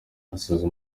asize